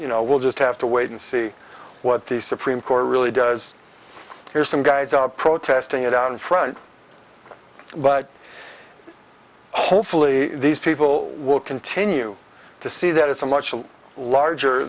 you know we'll just have to wait and see what the supreme court really does here's some guys are protesting it out in front but hopefully these people will continue to see that it's a much larger